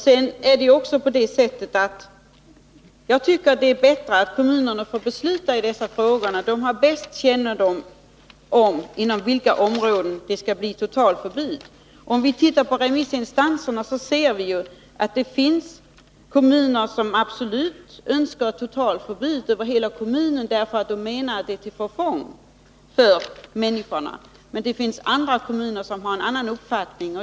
Jag tycker att det är bra att kommunerna får besluta i dessa frågor, för de har den bästa kännedomen om inom vilka områden det bör vara förbud. Om vi tittar på remissyttrandena ser vi ju att det finns kommuner som absolut önskar totalförbud över hela kommunen, därför att de anser att giftanvändning är till förfång för människorna. Sedan finns det andra kommuner som har en annan uppfattning.